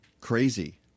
crazy